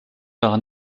par